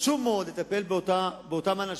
חשוב מאוד לטפל באותם אנשים,